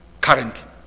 currently